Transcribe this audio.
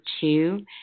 two